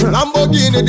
Lamborghini